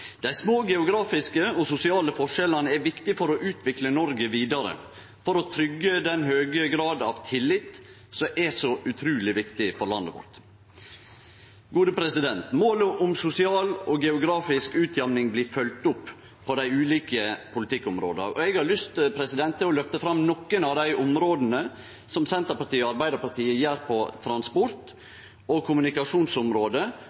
Dei små geografiske og sosiale forskjellane er viktige for å utvikle Noreg vidare og for å tryggje den høge graden av tillit som er så utruleg viktig for landet vårt. Målet om sosial og geografisk utjamning blir følgd opp på dei ulike politikkområda, og eg har lyst til å løfte fram nokre av dei grepa som Senterpartiet og Arbeidarpartiet gjer på